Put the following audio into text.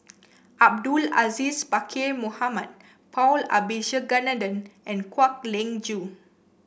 Abdul Aziz Pakkeer Mohamed Paul Abisheganaden and Kwek Leng Joo